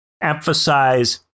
emphasize